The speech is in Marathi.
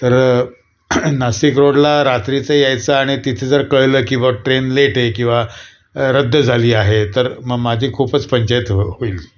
तर नाशिक रोडला रात्रीचं यायचं आणि तिथे जर कळलं की बुवा ट्रेन लेट आहे किंवा रद्द झाली आहे तर मग माझी खूपच पंचायत हो होईल